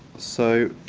so